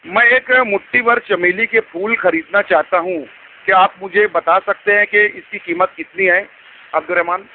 میں ایک مٹھی بھر چمیلی کے پھول خریدنا چاہتا ہوں کیا آپ مجھے بتا سکتے ہیں کہ اس كى قيمت كتنى ہے عبدالرحمٰن